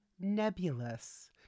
nebulous